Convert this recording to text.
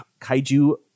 Kaiju